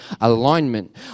alignment